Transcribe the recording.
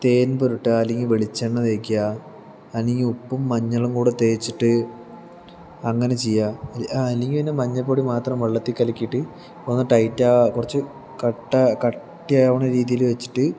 തേൻ പുരട്ടുക അല്ലെങ്കിൽ വെളിച്ചെണ്ണ തേയ്ക്കുക അല്ലെങ്കിൽ ഉപ്പും മഞ്ഞളും കൂടി തേച്ചിട്ട് അങ്ങനെ ചെയ്യുക അല്ലെങ്കിൽ പിന്നെ മഞ്ഞൾപ്പൊടി മാത്രം വെള്ളത്തിൽ കലക്കിയിട്ട് ടൈറ്റാ കുറച്ച് കട്ടിയാവണ രീതിയിൽ വച്ചിട്ട്